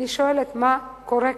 אני שואלת, מה קורה כאן?